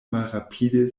malrapide